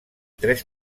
tres